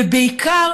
ובעיקר